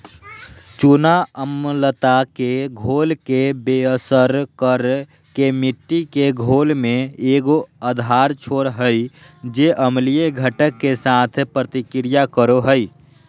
चूना अम्लता के घोल के बेअसर कर के मिट्टी के घोल में एगो आधार छोड़ हइ जे अम्लीय घटक, के साथ प्रतिक्रिया करो हइ